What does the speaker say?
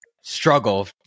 struggle